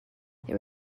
there